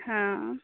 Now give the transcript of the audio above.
हँ